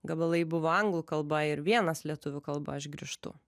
gabalai buvo anglų kalba ir vienas lietuvių kalba aš grįžtu